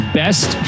best